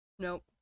nope